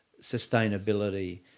sustainability